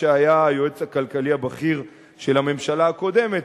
שהיה היועץ הכלכלי הבכיר של הממשלה הקודמת,